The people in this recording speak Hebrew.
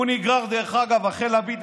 דרך אגב, הוא נגרר אחרי לפיד ובנט,